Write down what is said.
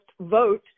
vote